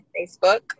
facebook